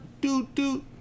Do-do